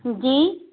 جی